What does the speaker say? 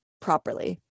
properly